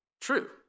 True